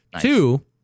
Two